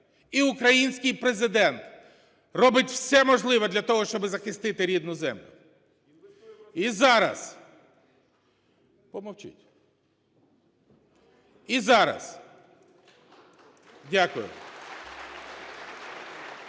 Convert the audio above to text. і український Президент робить все можливе для того, щоби захистити рідну землю. І зараз... Помовчіть. І зараз...